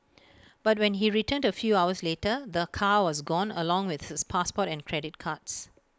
but when he returned A few hours later the car was gone along with his passport and credit cards